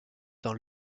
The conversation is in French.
dans